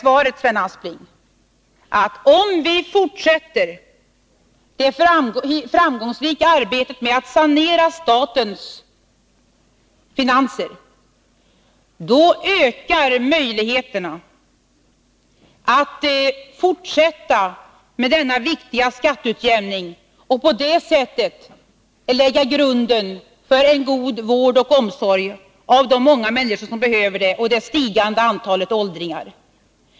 Svaret på Sven Asplings fråga blir mot den bakgrunden att om vi fortsätter det framgångsrika arbetet med att sanera statens finanser, då ökar möjligheterna att fortsätta med denna viktiga skatteutjämning, och vi kan på det sättet lägga grunden för en god vård och omsorg av de många människor som behöver det, bl.a. det stigande antalet åldringar.